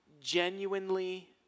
genuinely